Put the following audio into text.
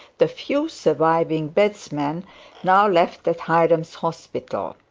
the few surviving bedesmen now left at hiram's hospital.